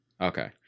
Okay